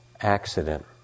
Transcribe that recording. Accident